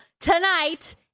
tonight